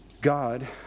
God